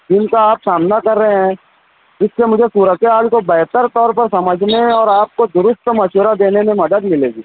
جن کا آپ سامنا کر رہے ہیں جس سے مجھے صورت حال کو بہتر طور پر سمجھنے اور آپ کو درست مشورہ دینے میں مدد ملے گی